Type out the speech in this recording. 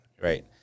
Right